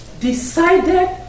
decided